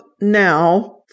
now